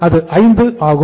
அது 5 ஆகும்